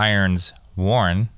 Ironsworn